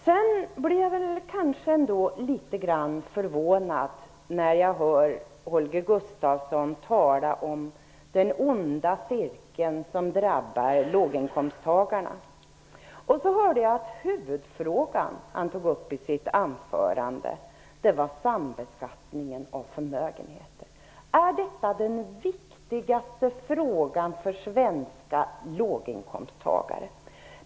Jag blir kanske ändå litet grand förvånad när jag hör Holger Gustafsson tala om den onda cirkeln som drabbar låginkomsttagarna. Huvudfrågan han tog upp i sitt anförande var sambeskattningen av förmögenheter. Är detta den viktigaste frågan för svenska låginkomsttagare?